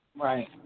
Right